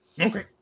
Okay